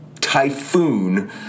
typhoon